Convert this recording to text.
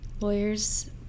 lawyers